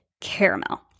caramel